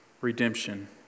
redemption